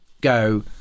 go